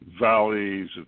valleys